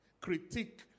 critique